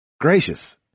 Gracious